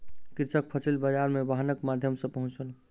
कृषक फसिल बाजार मे वाहनक माध्यम सॅ पहुँचल